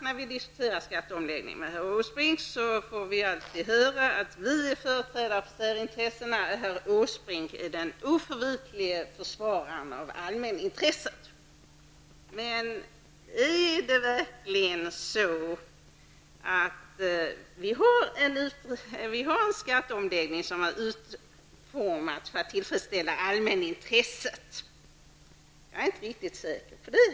När vi diskuterar skatteomläggningen med herr Åsbrink, får vi alltid höra att vi företräder särintressena och herr Åsbrink är den oförvitlige försvararen av allmänintresset. Men är skatteomläggningen utformad för att tillfredsställa allmänintresset? Jag är inte riktigt säker på det, herr Åsbrink.